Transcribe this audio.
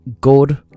good